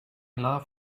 love